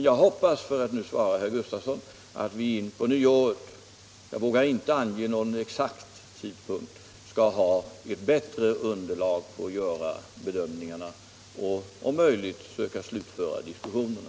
Jag hoppas emellertid, för att nu svara herr Gustafsson i Stenkyrka, att vi in på nyåret — jag vågar inte ange någon exakt tidpunkt — skall ha ett bättre underlag för att göra bedömningarna och om möjligt söka slutföra diskussionerna.